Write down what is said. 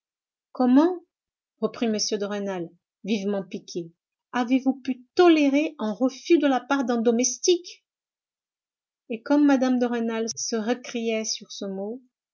comment reprit m de rênal vivement piqué avez-vous pu tolérer un refus de la part d'un domestique et comme mme de rênal se récriait sur ce mot